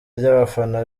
ry’abafana